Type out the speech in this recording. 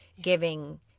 giving